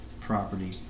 property